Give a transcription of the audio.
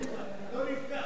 לא נפגע.